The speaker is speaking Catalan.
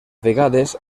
vegades